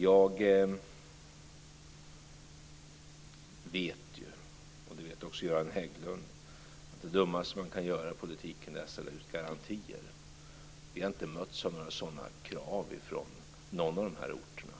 Jag vet ju, och det vet också Göran Hägglund, att det dummaste man kan göra i politiken är att ställa ut garantier. Vi har inte mötts av några sådan krav från någon av de här orterna.